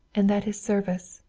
and that is service.